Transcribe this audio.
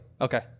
Okay